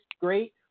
great